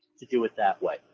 to do it that way.